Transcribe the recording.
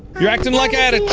you're acting like i